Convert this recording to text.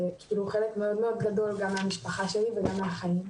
זה חלק מאוד מאוד גדול גם מהמשפחה שלי וגם מהחיים.